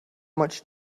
much